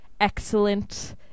excellent